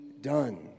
done